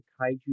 Kaiju